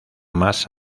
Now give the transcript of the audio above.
más